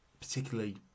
particularly